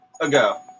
ago